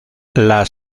las